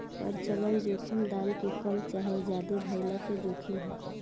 परिचालन जोखिम दाम के कम चाहे ज्यादे भाइला के जोखिम ह